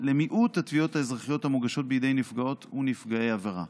למיעוט התביעות האזרחיות המוגשות בידי נפגעות ונפגעי עבירה.